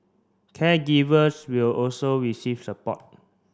caregivers will also receive support